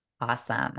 Awesome